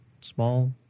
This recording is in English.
small